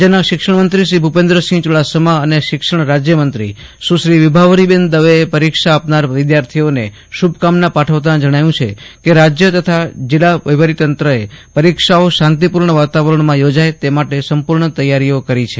રાજ્યના શિક્ષણમંત્રી ભુપેન્દ્રસિંહ ચુડાસમા અને શિક્ષણ રાજયમંત્રી વિભાવરીબેન દવેએ પરિક્ષા આપનાર વિદ્યાર્થીઓને શુભકામના પાઠવતા જણાવ્યું છે કે રાજય તથા જિલ્લા વહીવટીતંત્રએ પરીક્ષાઓ શાંતિપૂર્ણ વાતાવરણમાં યોજાય તે માટે સંપૂર્ણ તૈયારીઓ કરી છે